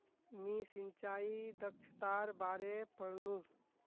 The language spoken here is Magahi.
मी सिंचाई दक्षतार बारे पढ़नु